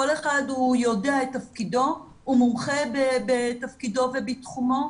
כל אחד יודע את תפקידו ומומחה בתפקידו ובתחומו,